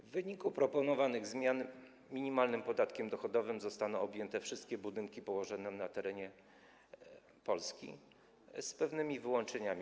W wyniku proponowanych zmian minimalnym podatkiem dochodowym zostaną objęte wszystkie budynki położone na terenie Polski, z pewnymi wyłączeniami.